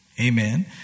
Amen